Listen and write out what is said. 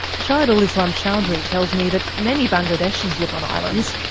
shahidul islam chowdhury tells me that many bangladeshis live on islands,